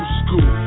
school